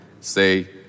say